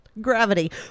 gravity